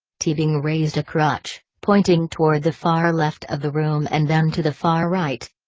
teabing raised a crutch, pointing toward the far left of the room and then to the far right.